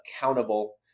Accountable